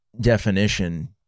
definition